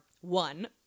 one